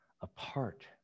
apart